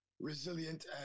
resilient